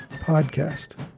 podcast